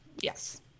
Yes